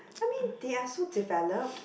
I mean they're so developed